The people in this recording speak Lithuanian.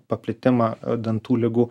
paplitimą dantų ligų